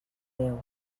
déu